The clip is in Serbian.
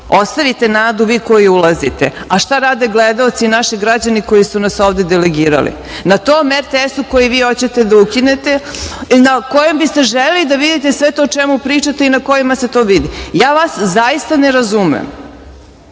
ostavite nadu vi koji ulazite a šta rade gledaoci, naši građani koji su nas ovde delegirali? Na tom RTS-u koji vi hoćete da ukinete, na kojem biste želeli da vidite sve to o čemu pričate i na kojem se to vidi, ja vas zaista ne razumem.